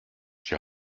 die